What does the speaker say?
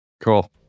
Cool